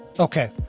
okay